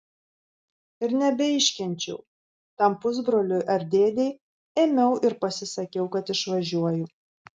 ir nebeiškenčiau tam pusbroliui ar dėdei ėmiau ir pasisakiau kad išvažiuoju